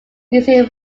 museum